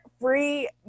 free